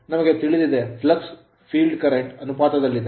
ನಮಗೆ ತಿಳಿದಿದೆ flux flux field current ಕ್ಷೇತ್ರ ಕರೆಂಟ್ ಅನುಪಾತದಲ್ಲಿದೆ